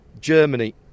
Germany